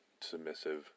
submissive